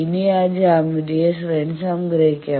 ഇനി ആ ജ്യാമിതീയ ശ്രേണി സംഗ്രഹിക്കാം